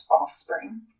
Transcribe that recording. Offspring